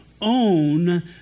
own